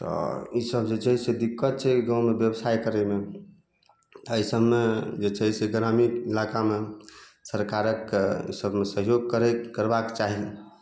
तऽ ई सब जे छै से दिक्कत छै गाँवमे व्यवसाय करयमे अइ सबमे जे छै से ग्रामिण इलाकामे सरकारक कऽ सहयोग करय करबाक चाही